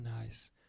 Nice